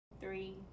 three